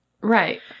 Right